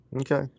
Okay